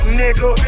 nigga